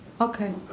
Okay